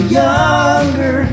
younger